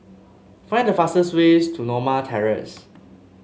find the fastest ways to Norma Terrace